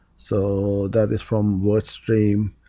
so that is from wordstream.